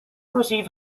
received